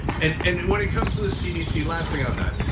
and and and when it comes to the cdc, last thing on that.